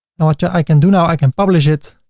and what yeah i can do now, i can publish it.